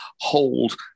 hold